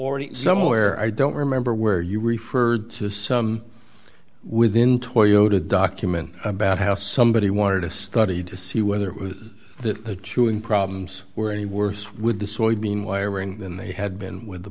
already somewhere i don't remember where you referred to some within toyotas document about how somebody wanted a study to see whether the chewing problems were any worse with the soybean wiring than they had been with the